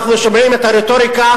אנחנו שומעים את הרטוריקה